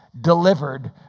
delivered